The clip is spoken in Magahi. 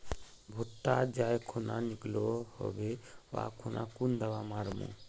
भुट्टा जाई खुना निकलो होबे वा खुना कुन दावा मार्मु?